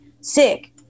sick